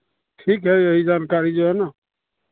ठीक है यही जानकारी जो है ना